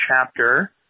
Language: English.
chapter